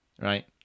right